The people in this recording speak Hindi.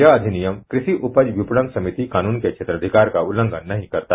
यह अधिनियम कृ षि उपज विपणन समिति कानून के क्षेत्राधिकार का उल्लंघन नहींकरता